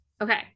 Okay